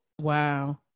Wow